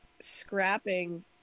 scrapping